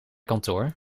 kantoor